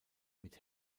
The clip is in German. mit